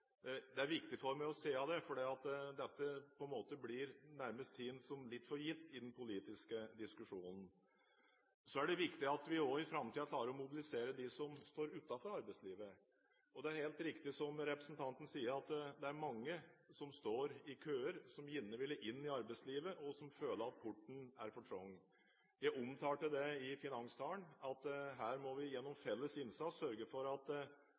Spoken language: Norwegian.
Det er viktig for meg å si det, for dette blir på en måte nærmest tatt litt for gitt i den politiske diskusjonen. Så er det viktig at vi også i framtiden klarer å mobilisere dem som står utenfor arbeidslivet. Det er helt riktig som representanten sier, at det er mange som står i køer, som gjerne vil inn i arbeidslivet, og som føler at porten er for trang. Jeg omtalte i finanstalen at her må vi gjennom felles innsats sørge for at